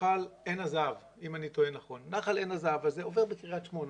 נחל עין הזהב והוא עובר בקריית שמונה.